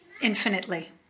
infinitely